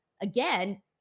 again